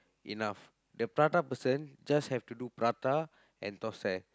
enough the prata person just have to do prata and thosai